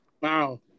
wow